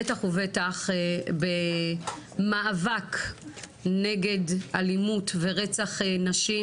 בטח ובטח במאבק באלימות ורצח נשים.